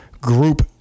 group